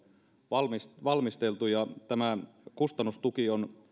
valmisteltu valmisteltu ja tämä kustannustuki on